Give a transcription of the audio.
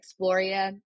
Exploria